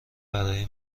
برای